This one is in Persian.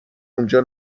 اونجا